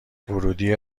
ورودی